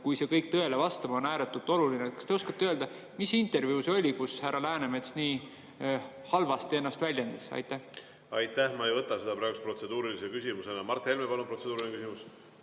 kui see kõik tõele vastab, on ääretult oluline. Kas te oskate öelda, mis intervjuu see oli, kus härra Läänemets nii halvasti ennast väljendas? Aitäh! Ma ei võta seda praegu protseduurilise küsimusena. Mart Helme, palun, protseduuriline küsimus!